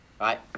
right